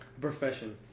Profession